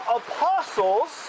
apostles